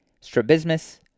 strabismus